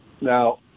Now